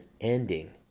ending